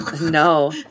No